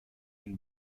une